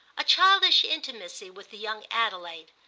a childish intimacy with the young adelaide,